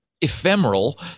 ephemeral